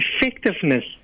effectiveness